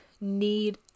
need